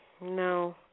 No